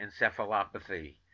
encephalopathy